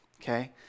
okay